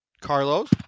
Carlos